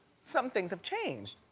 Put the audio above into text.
some things have changed.